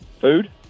Food